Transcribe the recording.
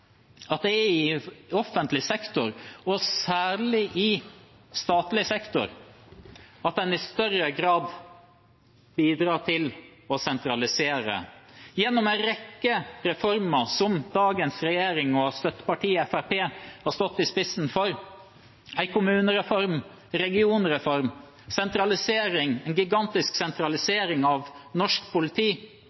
er i offentlig sektor, og særlig i statlig sektor, en i større grad bidrar til å sentralisere, gjennom en rekke reformer som dagens regjering og støttepartiet Fremskrittspartiet har stått i spissen for – en kommunereform, en regionreform, en gigantisk sentralisering av norsk politi,